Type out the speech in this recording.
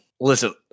listen